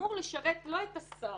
שאמור לשרת לא את השר,